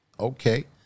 okay